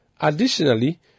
Additionally